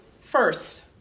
first